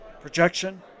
Projection